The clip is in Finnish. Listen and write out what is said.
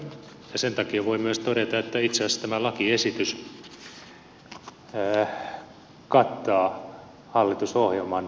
sen takia voin myös todeta että itse asiassa tämä lakiesitys kattaa hallitusohjelman linjauksia